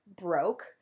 broke